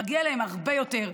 מגיע להם הרבה יותר,